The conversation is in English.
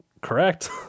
correct